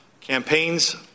campaigns